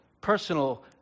Personal